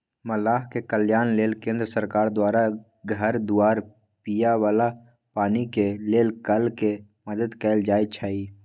मलाह के कल्याण लेल केंद्र सरकार द्वारा घर दुआर, पिए बला पानी के लेल कल के मदद कएल जाइ छइ